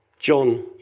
John